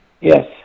Yes